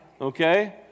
Okay